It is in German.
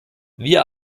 wir